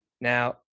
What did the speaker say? Now